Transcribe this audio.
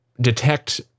detect